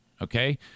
okay